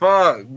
Fuck